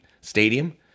stadium